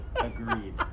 Agreed